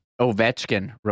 Ovechkin